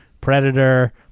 predator